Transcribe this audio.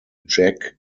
jack